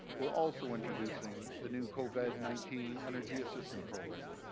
we are also introducing the new covid nineteen energy assistant program.